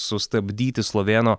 sustabdyti slovėno